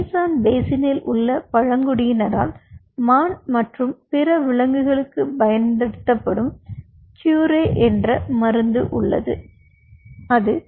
Amazon பேசினில் உள்ள பழங்குடியினரால் மான் அல்லது பிற விலங்குகளுக்குப் பயன்படுத்தப்படும் க்யூரே என்ற மருந்து உள்ளது